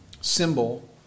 symbol